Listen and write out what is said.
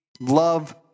love